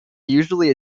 usually